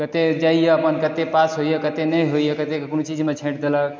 कतए जाइए अपन कतय पास होइए कतए नहि होइए कतयके कोनो चीजमे छाँटि देलक